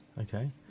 Okay